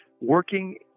working